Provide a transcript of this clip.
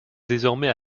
désormais